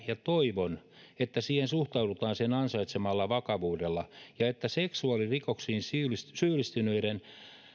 ja toivon että siihen suhtaudutaan sen ansaitsemalla vakavuudella ja että seksuaalirikoksiin syyllistyneiden